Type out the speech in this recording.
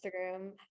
instagram